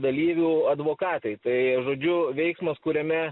dalyvių advokatai tai žodžiu veiksmas kuriame